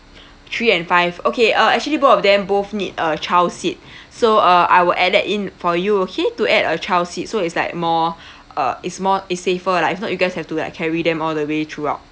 three and five okay uh actually both of them both need a child seat so uh I will add that in for you okay to add a child seat so it's like more uh is more is safer lah if not you guys have to like carry them all the way throughout